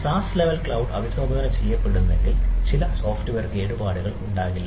SaaS level cloud അഭിസംബോധന ചെയ്യപ്പെടുന്നില്ലെങ്കിൽ ചില സോഫ്റ്റ്വെയർ കേടുപാടുകൾ ഉണ്ടാകില്ല